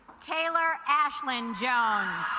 taylor ashlynn jones